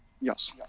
yes